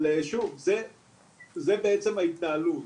אבל שוב, זה בעצם ההתנהלות.